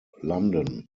london